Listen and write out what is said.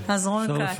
אז רון כץ.